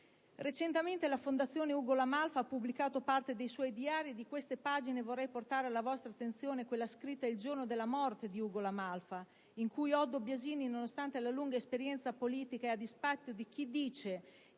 Recentemente, la Fondazione Ugo La Malfa ha pubblicato parte dei suoi diari, e di queste pagine vorrei portare alla vostra attenzione quella scritta il giorno della morte di Ugo La Malfa in cui Oddo Biasini, nonostante la lunga esperienza politica e a dispetto di chi dice